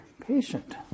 patient